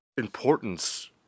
importance